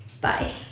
bye